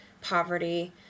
poverty